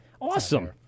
Awesome